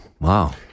Wow